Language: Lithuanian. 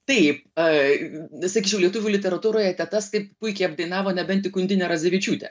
taip a sakyčiau lietuvių literatūroje tetas taip puikiai apdainavo nebent tik undinė radzevičiūtė